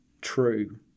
true